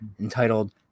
entitled